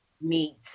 meat